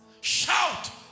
Shout